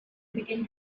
began